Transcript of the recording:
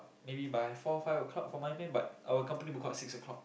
maybe by four five o-clock for my man but our company book out six o-clock